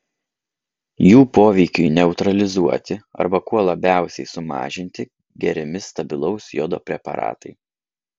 jų poveikiui neutralizuoti arba kuo labiausiai sumažinti geriami stabilaus jodo preparatai